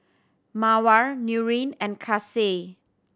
Mawar Nurin and Kasih